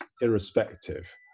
irrespective